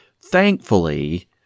Thankfully